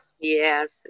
yes